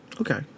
Okay